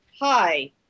hi